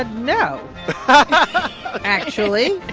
ah no. but actually.